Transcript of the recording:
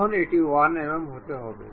এখন এটি 11 mm হতে হবে